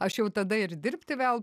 aš jau tada ir dirbti vėl